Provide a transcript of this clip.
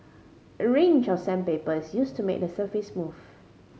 a range of sandpaper is used to make the surface smooth